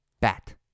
bat